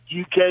UK